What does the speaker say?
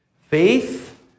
Faith